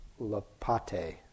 Lapate